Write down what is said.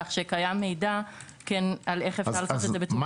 כך שקיים מידע על איך אפשר לעשות את זה בצורה מתאימה.